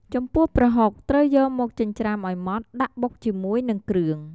ចំពោះប្រហុកត្រូវយកមកចិញ្ច្រាំឲ្យម៉ដ្ឋ ដាក់បុកជាមួយនឹងគ្រឿង។